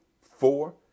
four